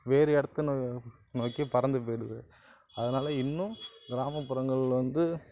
வேறு இடத்தணு நோக்கி பறந்து போய்டுது அதனால இன்னும் கிராமப்புறங்கள் வந்து